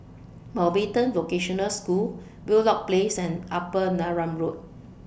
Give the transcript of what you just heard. Mountbatten Vocational School Wheelock Place and Upper Neram Road